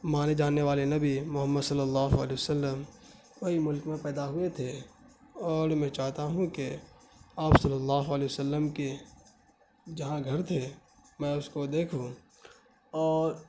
مانے جانے والے نبی محمد صلی اللہ علیہ و سلم وہی ملک میں پیدا ہوئے تھے اور میں چاہتا ہوں کہ آپ صلی اللہ علیہ و سلم کے جہاں گھر تھے میں اس کو دیکھوں اور